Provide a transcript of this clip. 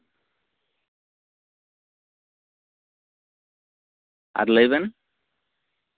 ᱟᱨ ᱞᱟᱹᱭ ᱵᱮᱱ